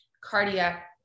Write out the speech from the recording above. cardiac